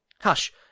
Hush